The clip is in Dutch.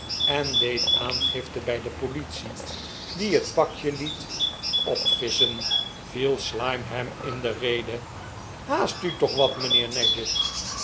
en deed aangifte bij de politie die het pakje liet opvisschen viel slyme hem in de rede haast u toch wat mijnheer nadgett